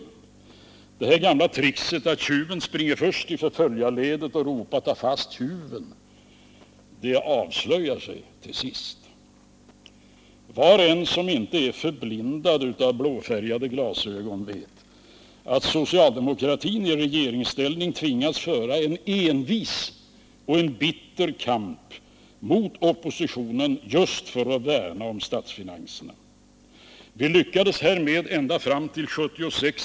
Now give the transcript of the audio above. Det gamla tricket att tjuven springer först i förföljarledet och ropar: Ta fast tjuven! avslöjar sig till sist. Var och en som inte är förblindad av blåfärgade glasögon vet att socialdemokratin i regeringsställning tvingats föra en envis och bitter kamp mot oppositionen just för att värna om statsfinanserna. Vi lyckades därmed ända fram till 1976.